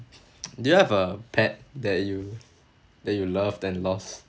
do you have a pet that you that you love then lost